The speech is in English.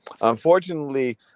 Unfortunately